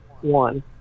one